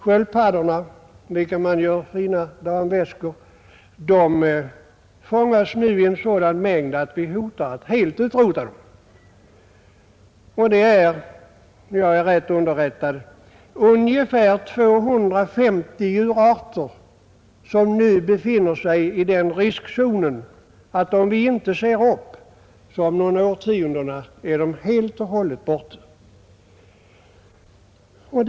Sköldpaddorna som man gör så fina damväskor av fångas nu i en sådan mängd att man hotar att helt utrota dem. Om jag är rätt underrättad befinner sig ungefär 250 djurarter nu i riskzonen, och om vi inte ser upp, så är de helt och hållet borta om några årtionden.